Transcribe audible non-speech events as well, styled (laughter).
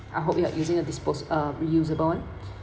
I hope you're using a disposed uh reusable one (breath)